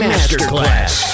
Masterclass